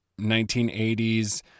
1980s